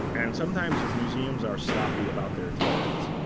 and sometimes if museums are sloppy about their tags,